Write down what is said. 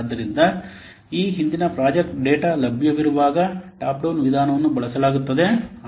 ಆದ್ದರಿಂದ ಈ ಹಿಂದಿನ ಪ್ರಾಜೆಕ್ಟ್ ಡೇಟಾ ಲಭ್ಯವಿರುವಾಗ ಟಾಪ್ ಡೌನ್ ವಿಧಾನವನ್ನು ಬಳಸಲಾಗುತ್ತದೆ